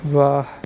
واہ